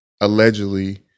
allegedly